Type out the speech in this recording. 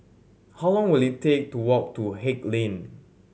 how long will it take to walk to Haig Lane